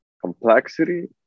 Complexity